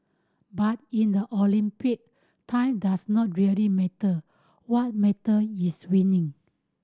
but in the Olympic time does not really matter what matter is winning